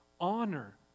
Honor